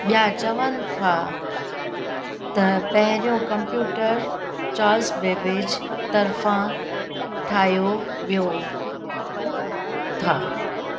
ॿिया चवनि था त पहिरियों कंप्यूटर चॉर्ल्स बैबेज तर्फ़ां ठाहियो वियो था